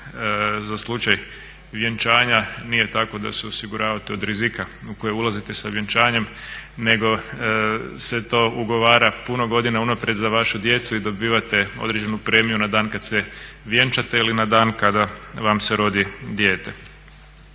za slučaj vjenčanja nije tako da se osiguravate od rizika u koje ulazite sa vjenčanjem nego se to ugovora puno godina unaprijed za vašu djecu i dobivate određenu premiju na dan kad se vjenčate ili na dan kada vam se rodi djete.